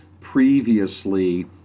previously